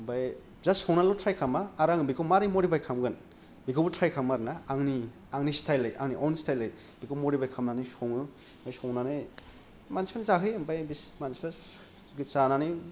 ओमफ्राय जाष्ट संनानैल' ट्राय खालामा आरो आं बेखौ मारै मडिफाइ खालामगोन बेखौबो ट्राय खालामो आरो ना आंनि आंनि स्टाइलयै आंनि औन स्टाइलयै बेखौ मडिफाइ खालामनानै सङो ओमफ्राय संनानै मानसिफोरनो जाहोयो ओमफ्राय मानसिफोर बिदि जानानै